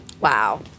Wow